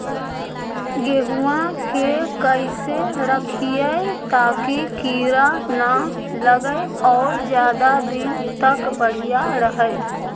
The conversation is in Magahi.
गेहुआ के कैसे रखिये ताकी कीड़ा न लगै और ज्यादा दिन तक बढ़िया रहै?